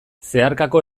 zeharkako